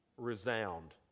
resound